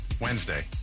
Wednesday